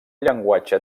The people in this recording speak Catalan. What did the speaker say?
llenguatge